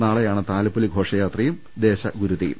നാളെയാണ് താലപ്പൊലി ഘോഷ യാത്രയും ദേശഗുരുതിയും